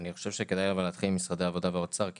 אני חושב שכדאי להתחיל עם משרדי העבודה והאוצר כי